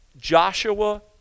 Joshua